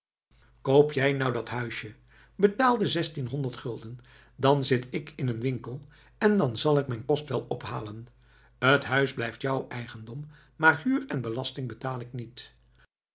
koop jij nou dat huisje betaal de zestien honderd gulden dan zit ik in een winkel en dan zal ik mijn kost wel ophalen t huis blijft jou eigendom maar huur en belasting betaal ik niet